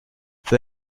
für